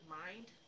mind